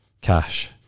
cash